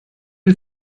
you